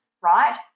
right